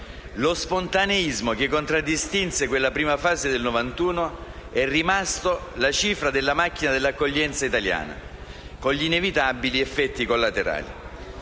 Lo spontaneismo che contraddistinse quella prima fase del 1991 è rimasto la cifra della macchina dell'accoglienza italiana, con gli inevitabili effetti collaterali.